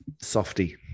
softy